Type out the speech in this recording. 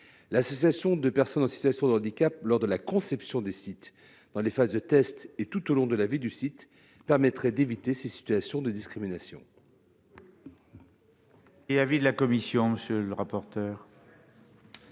Associer des personnes en situation de handicap à la conception des sites, ainsi que dans les phases de tests et tout au long de la vie du site, permettrait d'éviter ces situations de discrimination.